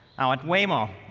ah at waymo,